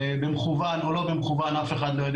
שאף אחד מעולם לא פנה,